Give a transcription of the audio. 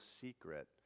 secret